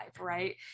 right